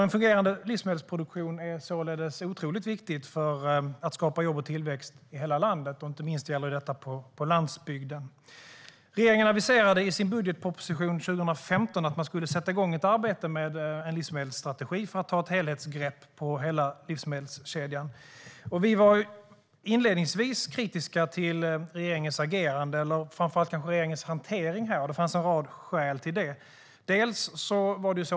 En fungerande livsmedelsproduktion är otroligt viktigt för att skapa jobb och tillväxt i hela landet, inte minst på landsbygden. Regeringen aviserade i sin budgetproposition för 2015 att man skulle sätta igång ett arbete med en livsmedelsstrategi för att ta ett helhetsgrepp på hela livsmedelskedjan. Vi var inledningsvis kritiska till framför allt regeringens hanterande av en rad skäl.